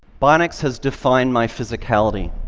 bionics has defined my physicality.